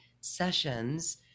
sessions